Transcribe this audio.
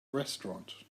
restaurant